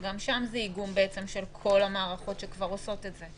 שגם שם זה איגום של כל המערכות שכבר עושות את זה.